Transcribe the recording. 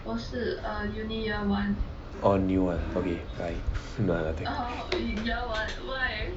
orh new ah okay no nothing